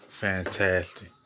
fantastic